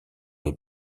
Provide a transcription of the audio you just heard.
les